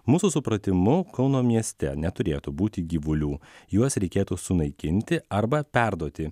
mūsų supratimu kauno mieste neturėtų būti gyvulių juos reikėtų sunaikinti arba perduoti